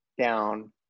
down